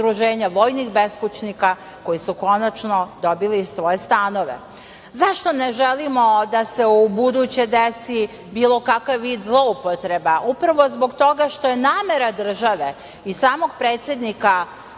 vojnih beskućnika koji su konačno dobili svoje stanove.Zašto ne želimo da se u buduće desi bilo kakav vid zloupotreba? Upravo zbog toga što je namera države i samog predsednika